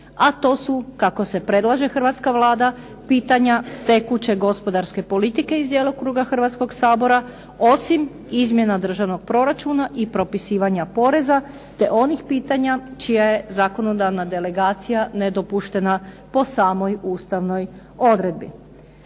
a to su kako se predlaže hrvatska Vlada, pitanja tekuće gospodarske politike iz djelokruga Hrvatskog sabora, osim izmjena državnog proračuna i propisivanja poreza, te onih pitanja čija je zakonodavna delegacija nedopuštena po samoj ustavnoj odredbi.